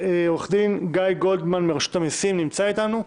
עו"ד גיא גולדמן מרשות המיסים נמצא אתנו.